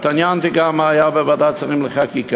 התעניינתי גם מה היה בוועדת השרים לחקיקה,